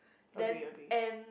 then and